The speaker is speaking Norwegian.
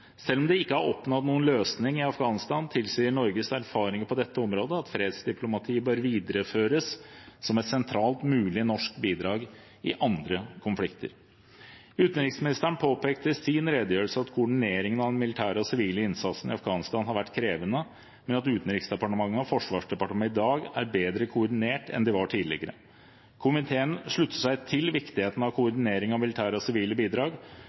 Selv om det ikke er oppnådd noen løsning i Afghanistan, tilsier Norges erfaringer på dette området at fredsdiplomatiet bør videreføres som et sentralt mulig norsk bidrag i andre konflikter. Utenriksministeren påpekte i sin redegjørelse at koordineringen av den militære og sivile innsatsen i Afghanistan har vært krevende, men at Utenriksdepartementet og Forsvarsdepartementet i dag er bedre koordinert enn de var tidligere. Komiteen slutter seg til viktigheten av koordinering av militære og sivile bidrag